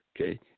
okay